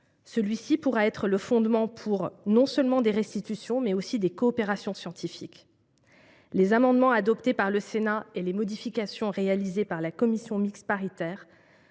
Celui ci pourra être le fondement pour non seulement des restitutions, mais aussi des coopérations scientifiques. Les amendements adoptés par le Sénat et les modifications opérées par la commission mixte paritaire